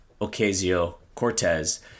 Ocasio-Cortez